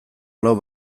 lau